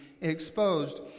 exposed